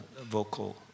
vocal